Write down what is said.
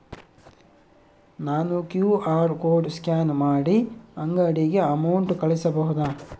ನಾನು QR code scan ಮಾಡಿ ಅಂಗಡಿಗೆ ಅಮೌಂಟ್ ಕಳಿಸಬಹುದಾ?